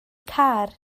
car